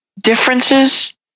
differences